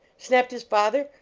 snapped his father,